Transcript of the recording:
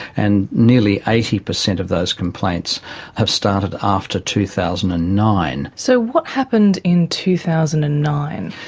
and nearly eighty percent of those complaints have started after two thousand and nine. so what happened in two thousand and nine?